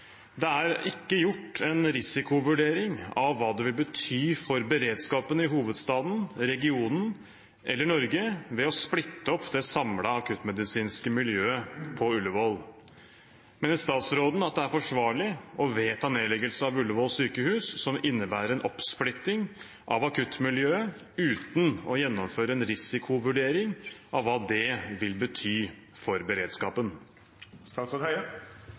Det er oppsiktsvekkende nok ikke gjort en risikovurdering av hva det vil bety for beredskapen i hovedstaden, regionen og Norge å splitte opp det samlede akuttmedisinske miljøet på Ullevål. Mener statsråden det er forsvarlig å vedta nedleggelse av Ullevål sykehus, som innebærer en oppsplitting av akuttmiljøet, uten å gjennomføre en risikovurdering av hva det vil bety for beredskapen?»